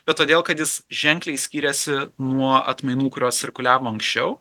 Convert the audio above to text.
bet todėl kad jis ženkliai skiriasi nuo atmainų kurios cirkuliavo anksčiau